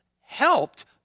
helped